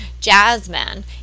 jasmine